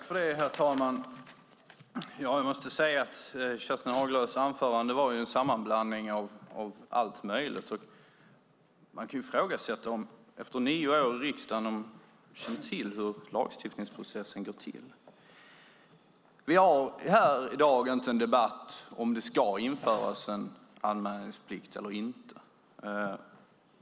Herr talman! Jag måste säga att Kerstin Haglös anförande var en sammanblandning av allt möjligt, och man kan ifrågasätta om hon efter nio år i riksdagen känner till hur lagstiftningsprocessen går till. Vi har här i dag inte en debatt om huruvida det ska införas en anmälningsplikt eller inte.